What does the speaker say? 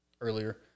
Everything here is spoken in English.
earlier